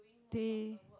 they